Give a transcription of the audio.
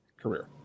career